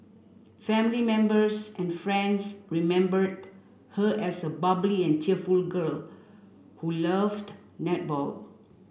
family members and friends remembered her as a bubbly and cheerful girl who loved netball